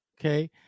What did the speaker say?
okay